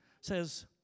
says